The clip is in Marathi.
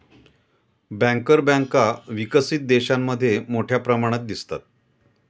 बँकर बँका विकसित देशांमध्ये मोठ्या प्रमाणात दिसतात